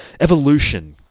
Evolution